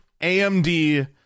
AMD